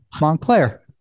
Montclair